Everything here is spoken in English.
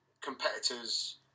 competitors